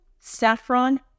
saffron